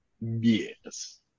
yes